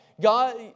God